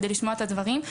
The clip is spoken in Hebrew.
כדי לשמוע את הדברים.